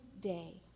day